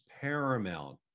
paramount